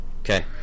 Okay